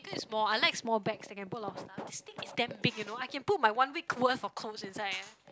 that is small I like small bag I can put a lot of stuff this thing is damn big you know I can put my one week worth of clothes inside